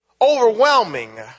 overwhelming